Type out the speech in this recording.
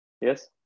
Yes